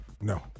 No